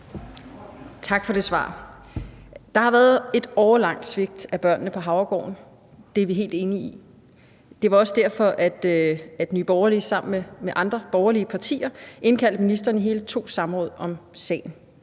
Tak for det svar. Der har været et årelangt svigt af børnene på Havregården; det er vi helt enige i. Det var også derfor, at Nye Borgerlige sammen med andre borgerlige partier indkaldte ministeren til hele to samråd om sagen.